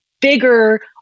bigger